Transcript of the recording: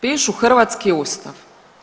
Pišu hrvatski Ustav.